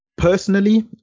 Personally